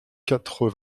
quatre